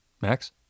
Max